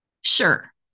sure